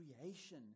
creation